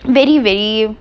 very very